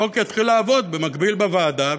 החוק יתחיל לעבוד במקביל בוועדה,